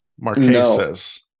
marquesas